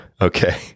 okay